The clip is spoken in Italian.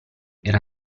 era